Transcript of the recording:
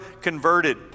converted